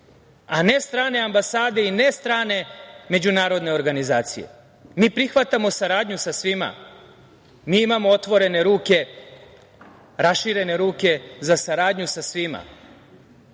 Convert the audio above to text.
a ne strane ambasade i ne strane međunarodne organizacije. Mi prihvatamo saradnju sa svima, mi imamo otvorene ruke, raširene ruke za saradnju sa svima,